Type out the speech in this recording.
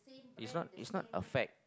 it's not it's not affect